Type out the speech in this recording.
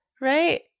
right